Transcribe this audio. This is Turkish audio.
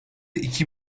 iki